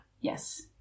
Yes